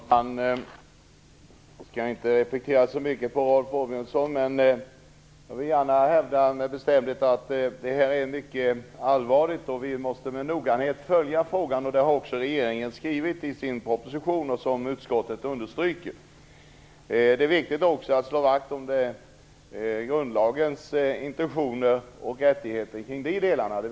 Fru talman! Jag skall inte replikera så mycket mot Rolf Åbjörnsson, men jag vill gärna med bestämdhet hävda att det här är mycket allvarligt och att vi med noggrannhet måste följa frågan. Det har också regeringen skrivit i sin proposition och utskottet understrukit. Det är också viktigt att slå vakt om grundlagens intentioner och de rättigheter som det där stadgas om.